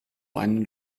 einen